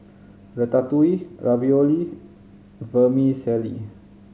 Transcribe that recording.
Ratatouille Ravioli Vermicelli